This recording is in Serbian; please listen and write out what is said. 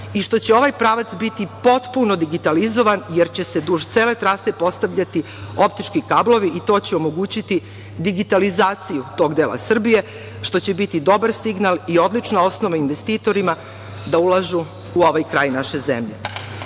i što će ovaj pravac biti potpuno digitalizovan, jer će se duž cele trase postavljati optički kablovi i to će omogućiti digitalizaciju tog dela Srbije, što će biti dobar signal i odlična osnova investitorima da ulažu u ovaj kraj naše zemlje. Mi